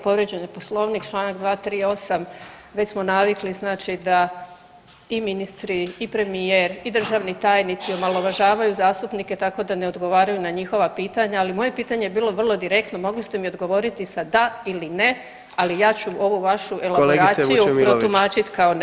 Povrijeđen je Poslovnik Članak 238., već smo navikli znači i ministri i premijer i državni tajnici omalovažavaju zastupnike tako da ne odgovaraju na njihova pitanja, ali moje pitanje je bilo vrlo direktno, mogli ste mi odgovoriti sa da ili ne, ali ja ću ovu vašu elaboraciju protumačiti kao ne.